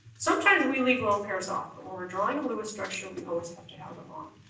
so kind of we leave lone pairs off. when we're drawing a lewis structure we always have them on.